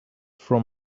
from